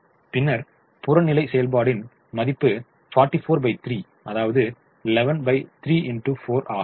பின்னர் புறநிலை செயல்பாடின் மதிப்பு 443 அதாவது 113 X 4 ஆகும்